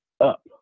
up